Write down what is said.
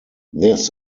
this